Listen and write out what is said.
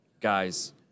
Guys